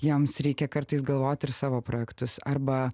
jiems reikia kartais galvoti ir savo projektus arba